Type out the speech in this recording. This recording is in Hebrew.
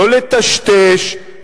לא לטשטש,